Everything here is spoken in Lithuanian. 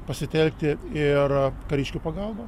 pasitelkti ir kariškių pagalbą